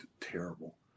terrible